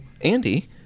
Andy